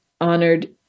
honored